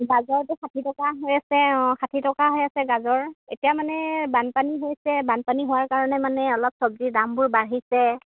গাজৰটো ষাঠি টকা হৈ আছে অঁ ষাঠি টকা হৈ আছে গাজৰ এতিয়া মানে বানপানী হৈছে বানপানী হোৱাৰ কাৰণে মানে অলপ চব্জিৰ দামবোৰ বাঢ়িছে